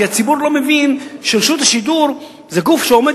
כי הציבור לא מבין שרשות השידור זה גוף שעומד